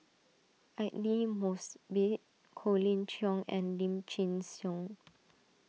Aidli Mosbit Colin Cheong and Lim Chin Siong